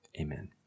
Amen